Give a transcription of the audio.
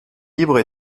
libres